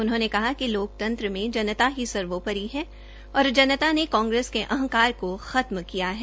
उन्होंने कहा कि लोकतंत्र मे जनता ही सर्वोपरि है और जनता ने कांग्रेस के अंहकार को खत्म किया है